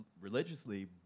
religiously